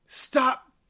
Stop